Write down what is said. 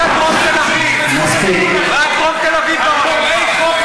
רק דרום תל אביב בראש שלך.